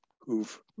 who've